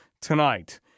tonight